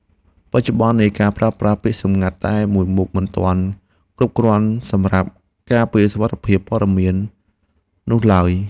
បច្ចុប្បន្ននេះការប្រើប្រាស់ពាក្យសម្ងាត់តែមួយមុខមិនទាន់គ្រប់គ្រាន់សម្រាប់ការពារសុវត្ថិភាពព័ត៌មាននោះឡើយ។